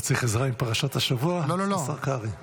-- אתה צריך עזרה עם פרשת השבוע, השר קרעי?